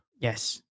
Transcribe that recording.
Yes